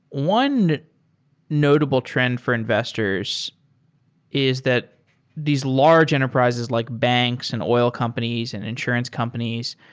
one notable trend for investors is that these large enterprises like banks and oil companies and insurance companies,